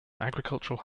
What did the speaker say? agricultural